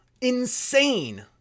insane